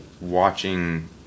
watching